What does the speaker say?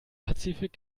pazifik